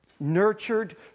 Nurtured